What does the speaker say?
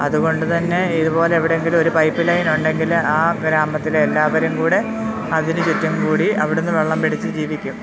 അതുകൊണ്ട് തന്നെ ഇതുപോലെ എവിടെയെങ്കിലും ഒരു പൈപ്പ് ലൈൻ ഉണ്ടെങ്കില് ആ ഗ്രാമത്തിലെ എല്ലാവരും കൂടെ അതിനു ചുറ്റും കൂടി അവിടെനിന്ന് വെള്ളം പിടിച്ച് ജീവിക്കും